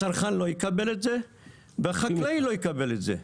הצרכן לא יקבל את זה והחקלאי לא יקבל את זה,